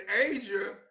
Asia